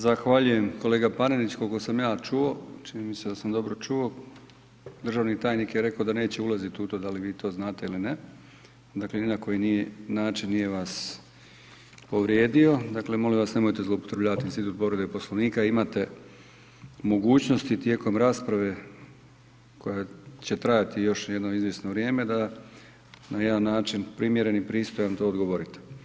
Zahvaljujem kolega Panenić, koliko sam ja čuo, čini mi se da sam dobro čuo državni tajnik je rekao da neće ulazit u to da li vi to znate ili ne, dakle ni na koji način nije vas povrijedio, dakle molim vas nemojte zloupotrebljavati institut povrede Poslovnika imate mogućnosti tijekom rasprave koja će trajati još jedno izvjesno vrijeme da na jedan način primjeren i pristojan to odgovorite.